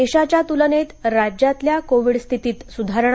देशाच्या तुलनेत राज्यातल्या कोविड स्थितीत सुधारणा